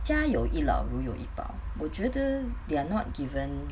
家有一老如有一宝我觉得 they are not given